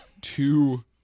two